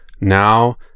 now